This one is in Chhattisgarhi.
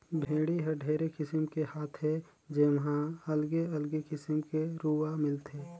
भेड़ी हर ढेरे किसिम के हाथे जेम्हा अलगे अगले किसिम के रूआ मिलथे